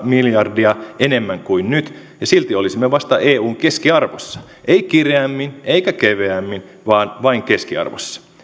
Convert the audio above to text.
miljardia enemmän kuin nyt ja silti olisimme vasta eun keskiarvossa ei kireämmin eikä keveämmin vaan vain keskiarvossa